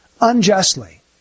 unjustly